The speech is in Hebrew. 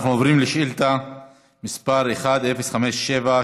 אנחנו עוברים לשאילתה מס' 1057,